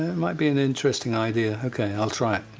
might be an interesting idea. okay, i'll try it.